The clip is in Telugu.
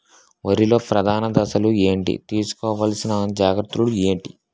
వరిలో ప్రధాన దశలు ఏంటి? తీసుకోవాల్సిన జాగ్రత్తలు ఏంటి?